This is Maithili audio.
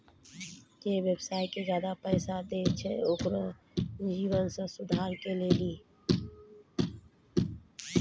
जे व्यवसाय के ज्यादा पैसा दै छै ओकरो जीवनो मे सुधारो के लेली